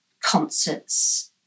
concerts